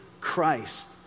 Christ